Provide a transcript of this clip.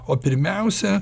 o pirmiausia